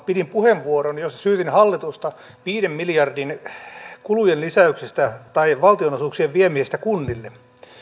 pidin puheenvuoron jossa syytin hallitusta viiden miljardin kulujen lisäyksestä tai valtionosuuksien viemisestä kunnille